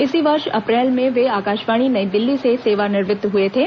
इसी वर्ष अप्रैल में वे आकाशवाणी नई दिल्ली से सेवानिवृत्त हुए थे